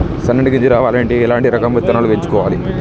సన్నటి గింజ రావాలి అంటే ఎలాంటి రకం విత్తనాలు ఎంచుకోవాలి?